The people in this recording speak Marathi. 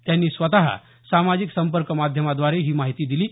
त्यांनी स्वतः सामाजिक संपर्क माध्यमाद्वारे ही माहिती दिली आहे